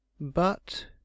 But